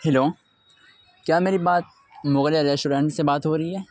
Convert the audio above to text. hello کیا میری بات مغلیہ ریسٹورینٹ سے بات ہو رہی ہے